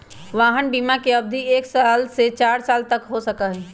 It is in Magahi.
वाहन बिमा के अवधि एक साल से चार साल तक के हो सका हई